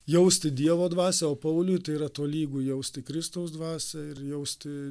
jausti dievo dvasią o pauliui tai yra tolygu jausti kristaus dvasią ir jausti